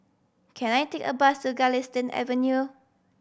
can I take a bus to Galistan Avenue